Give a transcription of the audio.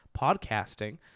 podcasting